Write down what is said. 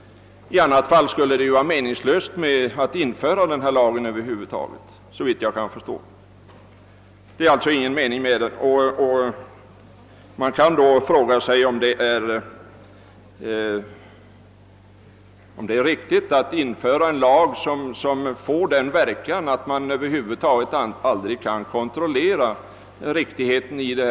I annat fall skulle det, såvitt jag förstår, vara meningslöst att över huvud taget införa denna lag. Man kan då fråga sig om det är riktigt att införa en lag som får den verkan att det aldrig går att kontrollera tillämpningen.